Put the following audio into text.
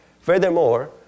Furthermore